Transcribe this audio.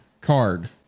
card